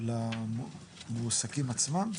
למועסקים עצמם?